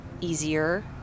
easier